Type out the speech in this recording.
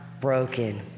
broken